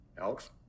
alex